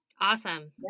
awesome